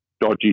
dodgy